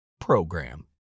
program